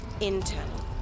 Internal